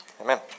Amen